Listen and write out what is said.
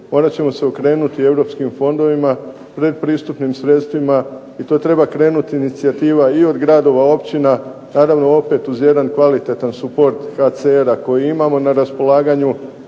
morat ćemo se okrenuti europskim fondovima, predpristupnim sredstvima i to treba krenuti inicijativa i od gradova, općina, naravno opet uz jedan kvalitetan suport HCR-a koji imamo na raspolaganju,